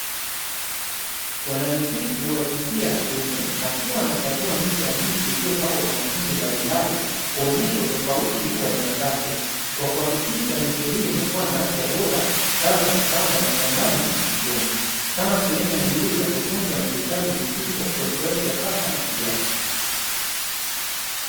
Bwawa misitu wa jinsia ya kiume, akiwa anakagua miche ya miti iliyopangwa kwa makundi mbalimbali, kuonyesha utofauti wa aina zake, kwa kuhakikisha miche hii inakuwa na afya bora kabla ya kupandwa mashambani na msituni, kama sehemu ya juhudi za kutunza na kuhifadhi misitu kwa kizazi cha sasa na kijacho.